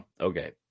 okay